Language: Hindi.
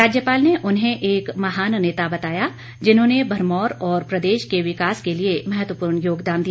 राज्यपाल ने उन्हें एक महान नेता बताया जिन्होंने भरमौर और प्रदेश के विकास के लिए महत्वपूर्ण योगदान दिया